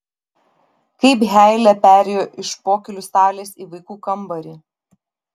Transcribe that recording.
kaip heile perėjo iš pokylių salės į vaikų kambarį